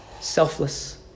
selfless